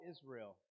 Israel